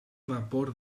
vapor